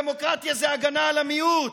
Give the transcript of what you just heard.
דמוקרטיה זה הגנה על המיעוט,